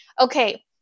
Okay